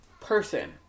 person